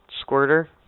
squirter